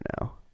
now